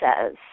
says